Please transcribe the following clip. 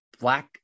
black